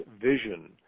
vision